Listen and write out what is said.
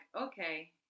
okay